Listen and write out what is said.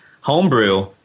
Homebrew